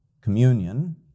communion